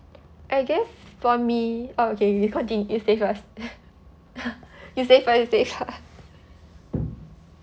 I guess for me oh okay okay contin~ you say first you say first you say first